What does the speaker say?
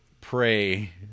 pray